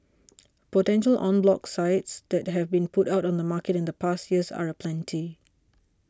potential en bloc sites that have been put on the market in the past year are aplenty